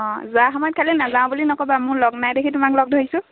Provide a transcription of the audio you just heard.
অঁ যোৱাৰ সময়ত খালি নেযাওঁ বুলি নক'বা মোৰ লগ নাই দেখি তোমাক লগ ধৰিছোঁ